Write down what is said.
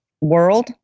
world